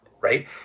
right